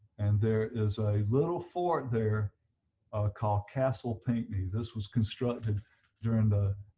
and there is a little fort there called castle pinckney, this was constructed during the